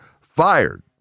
fired